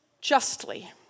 justly